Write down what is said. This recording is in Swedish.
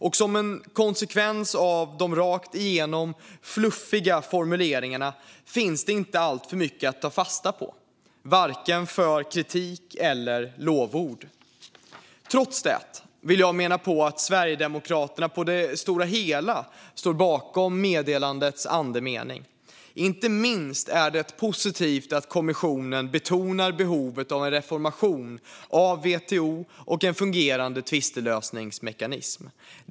Och som en konsekvens av de rakt igenom fluffiga formuleringarna finns det inte alltför mycket att ta fasta på, vare sig för kritik eller lovord. Trots det menar jag att Sverigedemokraterna på det stora hela står bakom meddelandets andemening. Inte minst är det positivt att kommissionen betonar behovet av en reformation av WTO och en fungerande tvistlösningsmekanism.